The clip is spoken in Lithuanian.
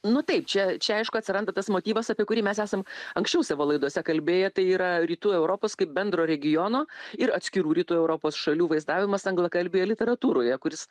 nu taip čia čia aišku atsiranda tas motyvas apie kurį mes esam anksčiau savo laidose kalbėję tai yra rytų europos kaip bendro regiono ir atskirų rytų europos šalių vaizdavimas anglakalbėje literatūroje kuris